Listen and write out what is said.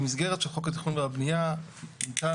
המסגרת של חוק התכנון והבנייה כאן,